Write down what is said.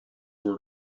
where